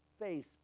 face